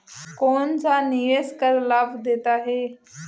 कौनसा निवेश कर लाभ देता है?